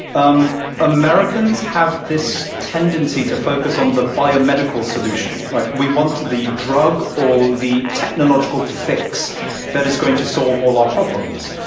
um americans have this tendency to focus on the biomedical solution. we want the drug or the technological fix that is going to solve all our problems.